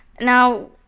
now